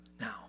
Now